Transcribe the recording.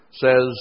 says